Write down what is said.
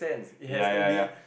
ya ya ya